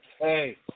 Hey